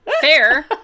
Fair